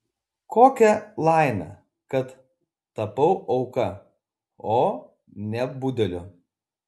kokia laimė kad tapau auka o ne budeliu